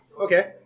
Okay